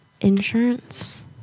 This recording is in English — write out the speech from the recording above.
insurance